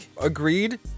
agreed